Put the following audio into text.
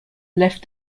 left